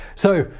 so,